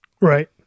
Right